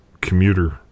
commuter